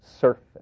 surface